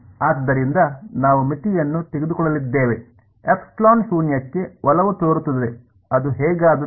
ಆದ್ದರಿಂದ ನಾವು ಮಿತಿಯನ್ನು ತೆಗೆದುಕೊಳ್ಳಲಿದ್ದೇವೆ ε ಶೂನ್ಯಕ್ಕೆ ಒಲವು ತೋರುತ್ತದೆ ಅದು ಹೇಗಾದರೂ ಸರಿ